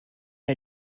one